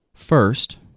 First